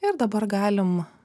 ir dabar galim